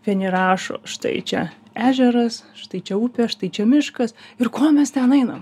vieni rašo štai čia ežeras štai čia upė štai čia miškas ir ko mes ten ainam